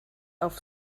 auf